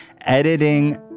editing